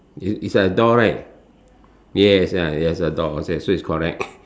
is like a door right so it's a door so it's correct